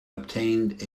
obtained